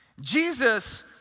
Jesus